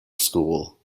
school